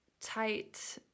tight